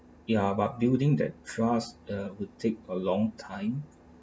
ya but building that trust uh will take a long time